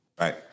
Right